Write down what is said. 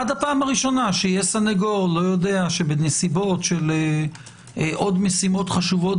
עד הפעם הראשונה שיהיה סנגור שבנסיבות של עוד שמשימות חשובות